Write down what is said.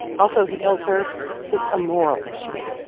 also, he tells her it's a moral issue.